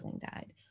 died